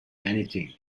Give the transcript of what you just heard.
anything